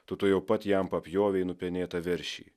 tu tuojau pat jam papjovei nupenėtą veršį